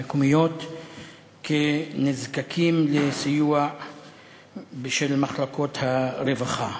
המקומיות כנזקקים לסיוע של מחלקות הרווחה.